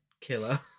killer